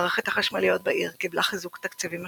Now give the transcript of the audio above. מערכת החשמליות בעיר קיבלה חיזוק תקציבי משמעותי.